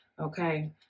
okay